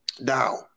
Now